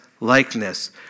likeness